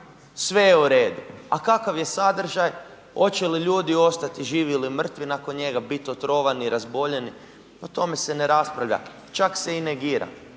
sve je u redu a kakav je sadržaj hoće li ljudi ostati živi ili mrtvi nakon njega, biti otrovani, razboljeni, o tome se ne raspravlja, čak se i negira.